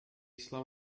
slow